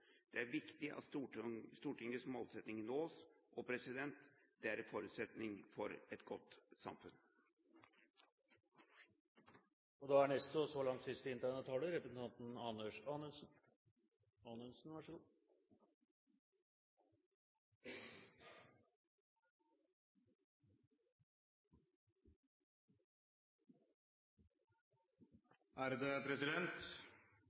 Det er viktig at Stortingets målsettinger nås – og det er en forutsetning for et godt samfunn. Riksrevisjonens melding om virksomheten er en viktig oppsummering av Riksrevisjonens arbeid og